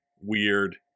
weird